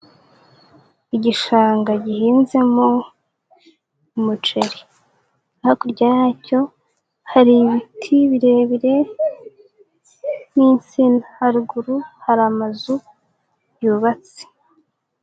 Igishanga gihinzemo umuceri, hakurya yacyo hari ibiti birebire nk'insina, haruguru hari amazu yubatse.